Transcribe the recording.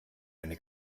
eine